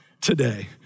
today